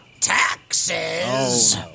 taxes